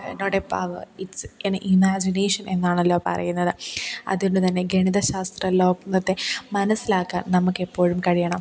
not a power it's an imagination എന്നാണല്ലോ പറയുന്നത് അതുകൊണ്ടുതന്നെ ഗണിത ശാസ്ത്രലോകത്തെ മനസ്സിലാക്കാൻ നമക്കെപ്പോഴും കഴിയണം